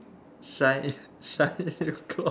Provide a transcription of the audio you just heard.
shine shine lip gloss